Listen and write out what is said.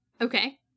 Okay